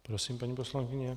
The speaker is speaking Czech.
Prosím, paní poslankyně.